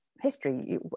history